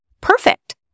Perfect